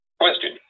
question